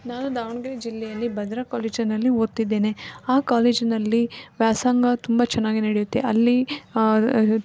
ನಾನು ದಾವಣಗೆರೆ ಜಿಲ್ಲೆಯಲ್ಲಿ ಭದ್ರ ಕಾಲೇಜಿನಲ್ಲಿ ಓದ್ತಿದ್ದೇನೆ ಆ ಕಾಲೇಜಿನಲ್ಲಿ ವ್ಯಾಸಂಗ ತುಂಬ ಚೆನ್ನಾಗಿ ನಡೆಯುತ್ತೆ ಅಲ್ಲಿ